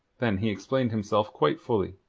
then he explained himself quite fully.